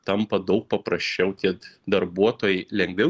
tampa daug paprasčiau tie darbuotojai lengviau